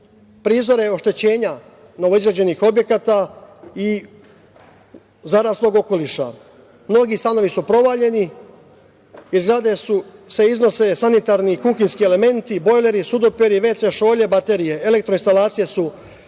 prizore oštećenja novoizgrađenih objekata i zaraslog okoliša. Mnogi stanovi su provaljeni iz zgrade se iznose sanitarni kuhinjski elementi, bojleri, sudopere, vc šolje, baterije, elektor-instalacije su oštećene.